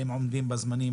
האם עומדים בזמנים,